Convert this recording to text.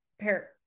pair